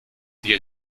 die